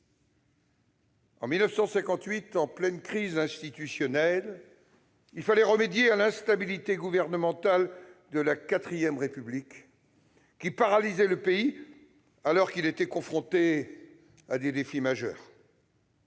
En 1958, en pleine crise institutionnelle, il fallait remédier à l'instabilité gouvernementale de la IV République qui paralysait le pays alors qu'il était confronté à des défis majeurs.